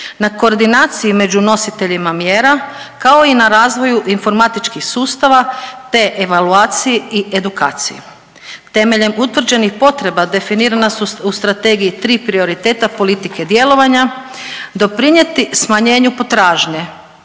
na koordinaciji među nositeljima mjera kao i na razvoju informatičkih sustava, te evaluaciji i edukaciji. Temeljem utvrđenih potreba definirana su u strategiji tri prioriteta politike djelovanja doprinijeti smanjenju potražnje.